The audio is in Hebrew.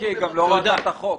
לא ראתה את החוק...